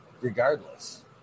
regardless